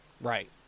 right